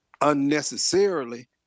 unnecessarily